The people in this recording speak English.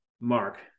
Mark